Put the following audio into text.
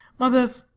mother,